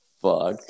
fuck